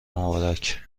مبارک